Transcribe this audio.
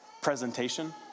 presentation